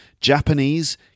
Japanese